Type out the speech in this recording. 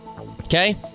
Okay